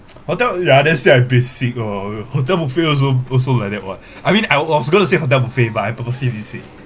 hotel yeah then say I basic lor hotel buffet also also like that what I mean I w~ was going to say hotel buffet but I purposely didn't say